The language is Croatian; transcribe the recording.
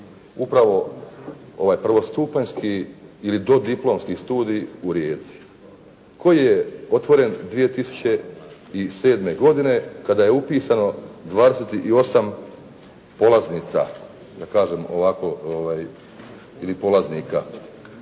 upravo ovaj prvostupanjski ili dodiplomski studij u Rijeci koji je otvoren 2007. godine kada je upisano 28 polaznica, da kažem ovako ovaj ili polaznika.